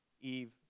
Eve